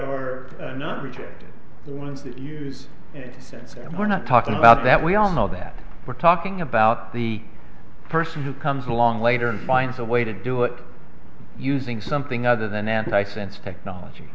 are not rejected ones that use incense and we're not talking about that we all know that we're talking about the person who comes along later and finds a way to do it using something other than antisense technology